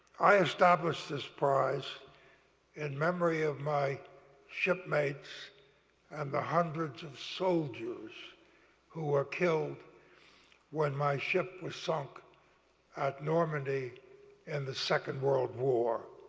i established this prize in memory of my shipmates and the hundreds of soldiers who were killed when my ship was sunk at normandy in the second world war.